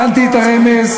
רבותי, הבנתי את הרמז.